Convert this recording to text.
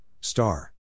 star